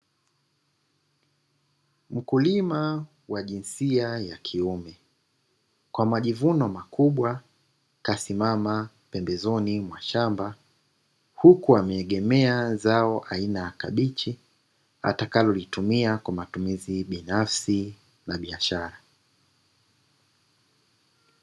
Mkulima wa jinsia ya kiume kwa majivuno makubwa kasimama pembezoni mwa shamba huku ameegemea zao aina ya kabichi atakalotumia kwa matumizi binafsi na biashara.